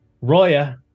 Roya